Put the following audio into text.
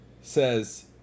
says